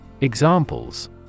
Examples